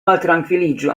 maltrankviliĝu